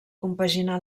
compaginà